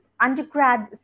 undergrad